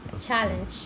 challenge